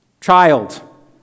child